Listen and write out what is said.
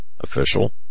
official